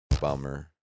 Bummer